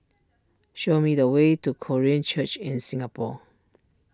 show me the way to Korean Church in Singapore